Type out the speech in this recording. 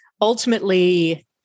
ultimately